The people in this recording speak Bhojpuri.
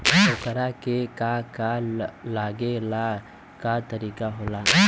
ओकरा के का का लागे ला का तरीका होला?